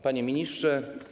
Panie Ministrze!